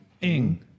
Ing